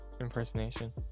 impersonation